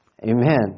Amen